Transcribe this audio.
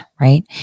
right